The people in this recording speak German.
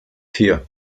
hier